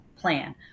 plan